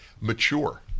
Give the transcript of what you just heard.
mature